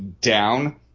down